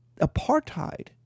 apartheid